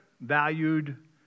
valued